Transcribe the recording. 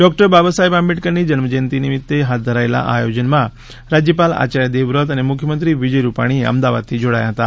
ડૉ બાબાસાહેબ આંબેડકરની જન્મજયંતી નિમિત્તે હાથ ધરાયેલા આ આયોજનમાં રાજયપાલ આચાર્ય દેવ વ્રત અને મુખ્યમંત્રી વિજય રૂપાણી અમદાવાદથી જોડાયા હતા